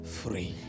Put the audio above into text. free